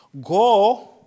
Go